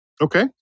Okay